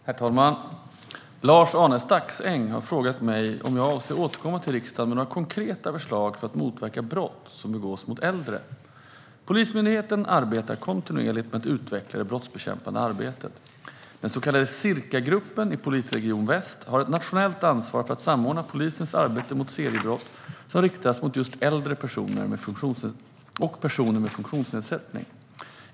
Svar på interpellationer Herr talman! Lars-Arne Staxäng har frågat mig om jag avser att återkomma till riksdagen med några konkreta förslag på hur brott som begås mot äldre ska motverkas. Polismyndigheten arbetar kontinuerligt med att utveckla det brottsbekämpande arbetet. Den så kallade Circagruppen i Polisregion Väst har ett nationellt ansvar för att samordna polisens arbete mot seriebrott som riktas mot just äldre och personer med funktionsnedsättning.